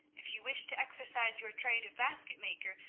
if you wish to exercise your trade of basket-maker,